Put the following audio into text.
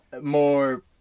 more